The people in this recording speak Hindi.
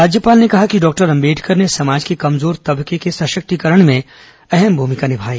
राज्यपाल ने कहा कि डॉक्टर अंबेडकर ने समाज के कमजोर तबके के सशक्तिकरण में महत्वपूर्ण भूमिका निभाई